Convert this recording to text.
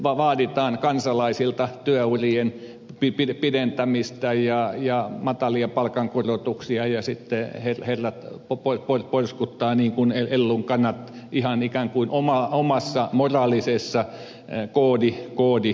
vaaditaan kansalaisilta työurien pidentämistä ja matalia palkankorotuksia ja sitten herrat porskuttavat niin kuin ellun kanat ihan ikään kuin omassa moraalisessa koodimaailmassaan